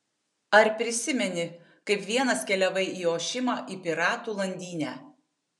ar prisimeni kaip vienas keliavai į ošimą į piratų landynę